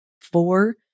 four